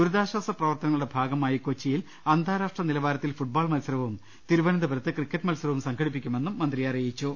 ദുരിതാ ശ്വാസ പ്രവർത്തനങ്ങളുടെ ഭാഗമായി കൊച്ചിയിൽ അന്താരാഷ്ട്ര നിലവാരത്തിൽ ഫുട്ബോൾ മത്സരവും തിരുവനന്തപുരത്ത് ക്രിക്കറ്റ് മത്സരവും സംഘടിപ്പിക്കുമെന്ന് മന്ത്രി പറഞ്ഞു